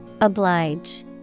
Oblige